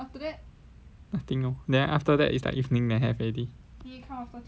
nothing lor then after that is like evening then have already